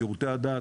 שירותי הדת,